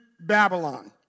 Babylon